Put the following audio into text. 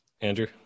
Andrew